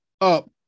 up